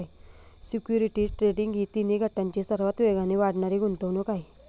securities trading ही तिन्ही गटांची सर्वात वेगाने वाढणारी गुंतवणूक आहे